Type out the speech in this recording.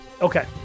Okay